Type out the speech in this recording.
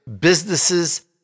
businesses